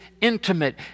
intimate